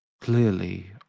clearly